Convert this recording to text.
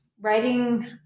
writing